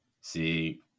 See